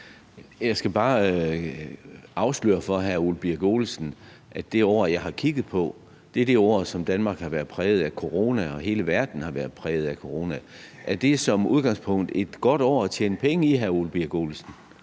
hr. Ole Birk Olesen, at det år, jeg har kigget på, er det år, hvor Danmark og hele verden var præget af corona. Er det som udgangspunkt et godt år at tjene penge i, hr. Ole Birk Olesen?